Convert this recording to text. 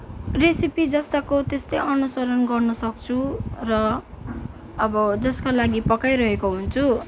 recipe जस्ताको तस्तै अनुसरण गर्नु सक्छु र अब जस्को लागि पकाइरहेको हुन्छु